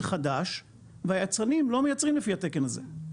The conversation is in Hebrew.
חדש והיצרנים לא מייצרים לפי התקן הזה.